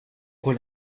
con